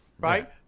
right